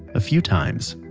a few times.